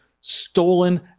stolen